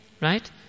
right